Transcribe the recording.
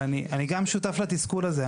ואני גם שותף לתסכול הזה.